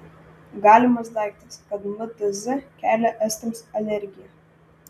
galimas daiktas kad mtz kelia estams alergiją